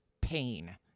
pain